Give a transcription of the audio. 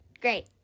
great